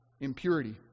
impurity